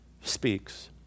speaks